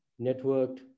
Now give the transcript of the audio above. networked